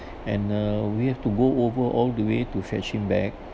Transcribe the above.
and uh we have to go over all the way to fetch him back